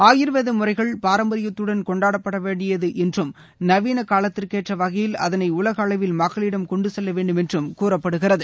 ஆயுர்வேத முறைகள் பாரம்பரியத்துடன் கொண்டாடப்பட வேண்டியது என்றும் நவீன காலத்திற்கேற்ற வகையில் அதனை உலகளவில் மக்களிடம் கொண்டு செல்ல வேண்டும் என்ற கூறப்படுகிறது